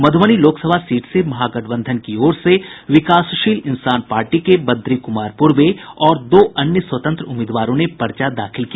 मध्रबनी लोकसभा क्षेत्र से महागठबंधन की ओर से विकासशील इंसान पार्टी के बद्री कुमार पूर्वे और दो अन्य स्वतंत्र उम्मीदवारों ने पर्चा दाखिल किया